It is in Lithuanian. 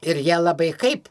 ir jie labai kaip